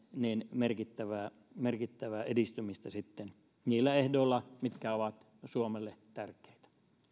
merkittävää merkittävää edistymistä niillä ehdoilla mitkä ovat suomelle tärkeitä